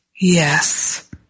Yes